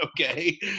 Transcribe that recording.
Okay